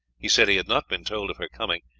he said he had not been told of her coming,